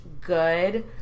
good